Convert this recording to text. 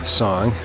song